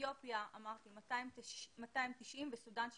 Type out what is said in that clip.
אתיופיה - 290 וסודן - 72.